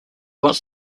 wants